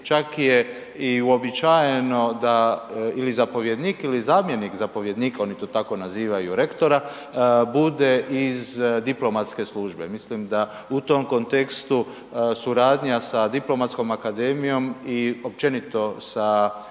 čak je i uobičajeno da ili zapovjednik ili zamjenik zapovjednika, oni to tako nazivaju, rektora, bude iz diplomatske službe, mislim da u tom kontekstu suradnja sa Diplomatskom akademijom i općenito sa Ministarstvom